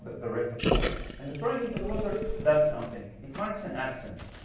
the wreath of flowers. and the throwing into the water does something. it marks an absence.